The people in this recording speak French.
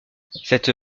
cette